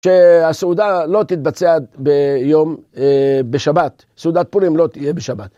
שהסעודה לא תתבצע ביום, בשבת, סעודת פולים לא תהיה בשבת.